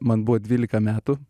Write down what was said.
man buvo dvylika metų